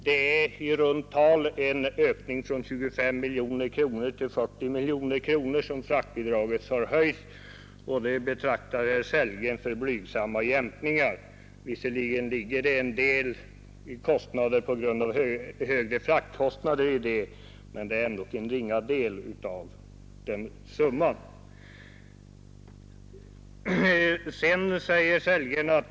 Det innebär i runt tal en ökning av fraktbidraget från 25 miljoner kronor till 40 miljoner kronor. Det anser herr Sellgren vara blygsamma jämkningar. Visserligen ingår däri en del förhöjda fraktkostnader, men det är ändå en ringa del av summan.